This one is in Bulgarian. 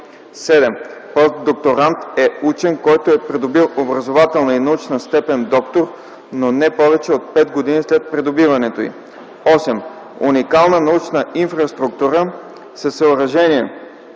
7. „Постдокторант” е учен, който е придобил образователна и научна степен „Доктор”, но не повече от 5 години след придобиването й; 8. „Уникална научна инфраструктура” са съоръжения,